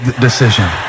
decision